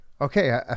okay